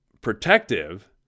protective